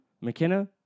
McKenna